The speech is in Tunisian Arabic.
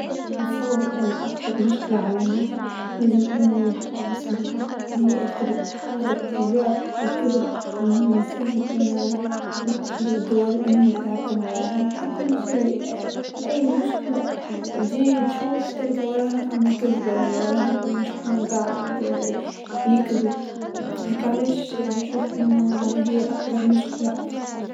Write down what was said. أعتقد أن أسوأ مشكلة عالمية صارت بعيدا عن الأوبئة، التضخم الإقتصادي، فهذا التضخم إقتصادي سوى كبير على دول كتيرة جدا ،ونشير بعيدا عن الأوبئة، طبعا الأوبئة الله لا يوزعها لكن التضخم الاقتصادي هو اللي مكمل معنا.